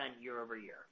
year-over-year